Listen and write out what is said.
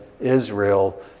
Israel